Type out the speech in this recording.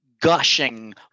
gushing